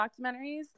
documentaries